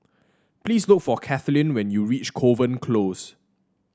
please look for Kathlyn when you reach Kovan Close